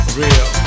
real